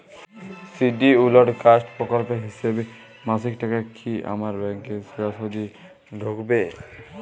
Scheduled caste প্রকল্পের হিসেবে মাসিক টাকা কি আমার ব্যাংকে সোজাসুজি ঢুকবে?